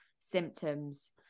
symptoms